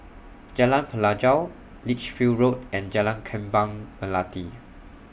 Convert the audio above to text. Jalan Pelajau Lichfield Road and Jalan Kembang Melati